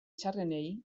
txarrenei